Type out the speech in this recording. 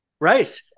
Right